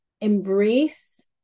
Embrace